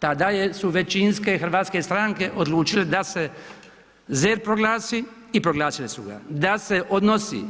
Tada je, su većinske hrvatske stranke odlučile da se ZERP proglasi i proglasile su ga, da se odnosi,